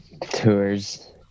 Tours